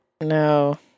No